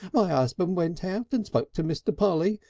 my husband went out and spoke to mr. polly,